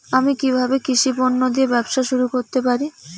আমি কিভাবে কৃষি পণ্য দিয়ে ব্যবসা শুরু করতে পারি?